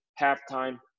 Halftime